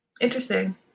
Interesting